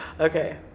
Okay